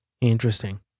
Interesting